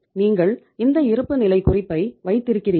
நீங்கள் இந்த இருப்புநிலை குறிப்பை வைத்திருக்கிறீர்கள்